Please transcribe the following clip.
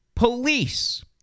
Police